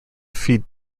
feed